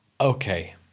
Okay